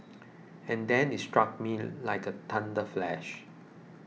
and then it struck me like a thunder flash